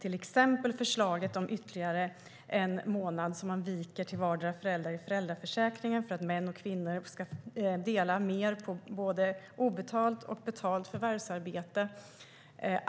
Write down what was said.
Ett exempel är förslaget om ytterligare en månad i föräldraförsäkringen som viks till vardera föräldern så att män och kvinnor mer ska dela på både obetalt och betalt arbete.